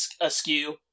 askew